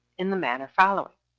in the manner following